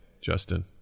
Justin